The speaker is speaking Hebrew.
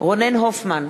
רונן הופמן,